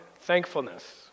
thankfulness